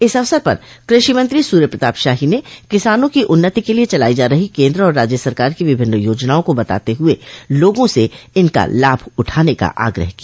इस अवसर पर कृषि मंत्री सूर्य प्रताप शाही ने किसानों की उन्नति के लिये चलाई जा रही केन्द्र और राज्य सरकार की विभिन्न योजनाओं को बताते हुए लोगा से इनका लाभ उठाने का आग्रह किया